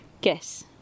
Guess